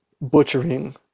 butchering